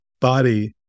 body